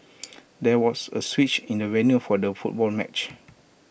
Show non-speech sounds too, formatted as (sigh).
(noise) there was A switch in the venue for the football match